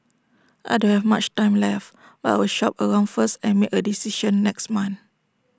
I don't have much time left but I'll shop around first and make A decision next month